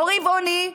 לא רבעוני,